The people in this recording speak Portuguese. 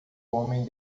homem